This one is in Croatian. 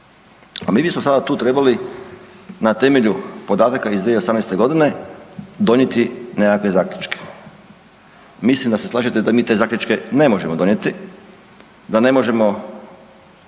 A mi bismo sada tu trebali na temelju podataka iz 2018.g. donijeti nekakve zaključke. Mislim da se slažete da mi te zaključke ne možemo donijeti, da ne možemo